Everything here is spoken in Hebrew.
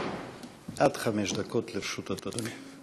עד חמש דקות לרשות אדוני.